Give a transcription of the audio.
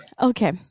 Okay